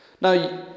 Now